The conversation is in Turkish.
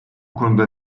konuda